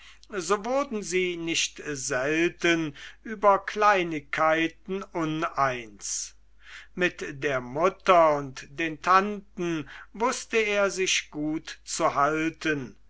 so wurden sie nicht selten über kleinigkeiten uneins mit der mutter und den tanten wußte er sich gut zu halten